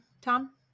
Tom